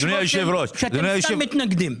יש רושם שאתם סתם מתנגדים.